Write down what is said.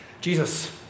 jesus